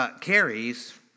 carries